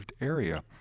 area